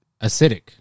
acidic